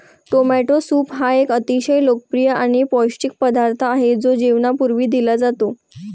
tomato soup हा एक अतिशय लोकप्रिय आणि पौष्टिक पदार्थ आहे जो जेवणापूर्वी दिला जातो